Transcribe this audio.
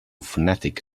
phonetic